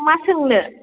मा सोंनो